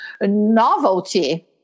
novelty